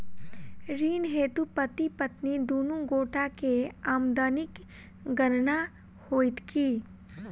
ऋण हेतु पति पत्नी दुनू गोटा केँ आमदनीक गणना होइत की?